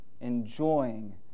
enjoying